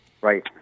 Right